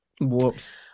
Whoops